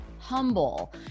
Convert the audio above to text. humble